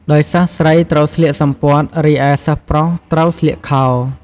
ដោយសិស្សស្រីត្រូវស្លៀកសំពត់ រីឯសិស្សប្រុសត្រូវស្លៀកខោ។